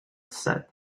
said